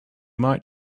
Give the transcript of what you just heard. might